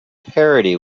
parody